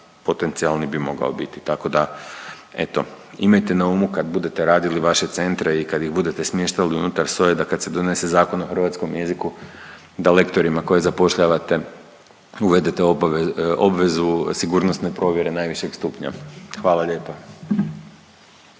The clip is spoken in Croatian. potencijalni bi mogao biti tako da eto imajte na umu kad budete radili vaše centre i kad ih budete smještali unutar SOA-e da kad se donese Zakon o hrvatskom jeziku, da lektorima koje zapošljavate uvedete obvezu sigurnosne provjere najvišeg stupnja. Hvala lijepa.